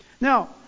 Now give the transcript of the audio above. Now